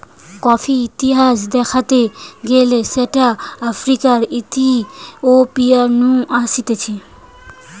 কফির ইতিহাস দ্যাখতে গেলে সেটা আফ্রিকার ইথিওপিয়া নু আসতিছে